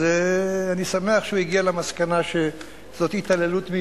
אז אני שמח שהוא הגיע למסקנה שזאת התעללות מיותרת.